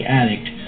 addict